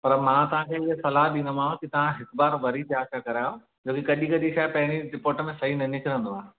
पर मां तव्हांखे इहा सलाहु ॾींदोमांव कि तव्हां हिकु बारु वरी जांच करायो छो कि कॾहिं कॾहिं छा आहे पहिरीं रिपोर्ट में सही न निकिरंदो आहे